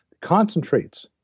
concentrates